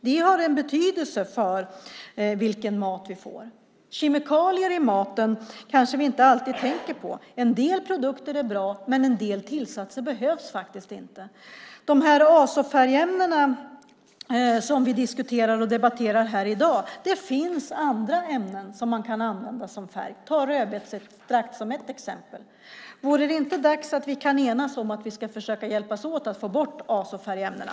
Det har en betydelse för vilken mat vi får. Vi kanske inte alltid tänker på kemikalier i maten. En del produkter är bra, men en del tillsatser behövs faktiskt inte. När det gäller de azofärgämnen som vi debatterar och diskuterar här i dag finns det andra ämnen som man kan använda som färg. Man kan som ett exempel ta rödbetsextrakt. Vore det inte dags att vi kan enas om att vi ska försöka hjälpas åt att få bort azofärgämnena?